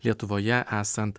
lietuvoje esant